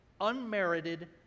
unmerited